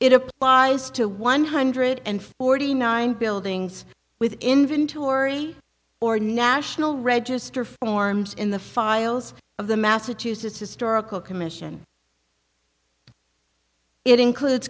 it applies to one hundred and forty nine buildings with inventory or national register forms in the files of the massachusetts historical commission it includes